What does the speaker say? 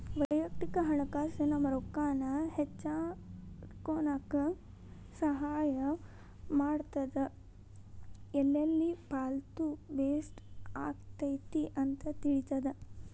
ವಯಕ್ತಿಕ ಹಣಕಾಸ್ ನಮ್ಮ ರೊಕ್ಕಾನ ಹೆಚ್ಮಾಡ್ಕೊನಕ ಸಹಾಯ ಮಾಡ್ತದ ಎಲ್ಲೆಲ್ಲಿ ಪಾಲ್ತು ವೇಸ್ಟ್ ಆಗತೈತಿ ಅಂತ ತಿಳಿತದ